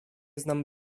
znam